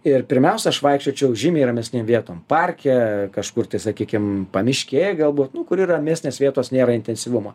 ir pirmiausia aš vaikščiočiau žymiai ramesnėm vietom parke kažkur tai sakykim pamiškėj galbūt nu kur yr ramesnės vietos nėra intensyvumo